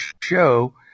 show